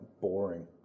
boring